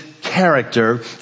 character